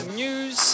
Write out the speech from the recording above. news